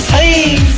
a